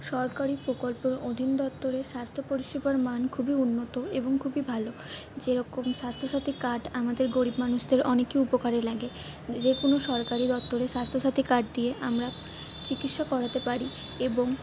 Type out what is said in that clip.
সরকারি প্রকল্পর অধীন দফতরে স্বাস্থ্য পরিষেবার মান খুবই উন্নত এবং খুবই ভালো যেরকম স্বাস্থ্য সাথী কার্ড আমাদের গরিব মানুষদের অনেকই উপকারে লাগে যে কোনো সরকারি দফতরে স্বাস্থ্য সাথী কার্ড দিয়ে আমরা চিকিৎসা করাতে পারি এবং